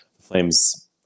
flames